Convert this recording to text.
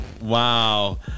Wow